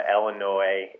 Illinois